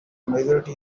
majority